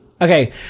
Okay